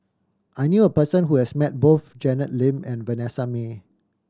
I knew a person who has met both Janet Lim and Vanessa Mae